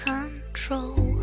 Control